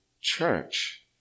church